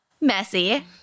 messy